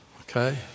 okay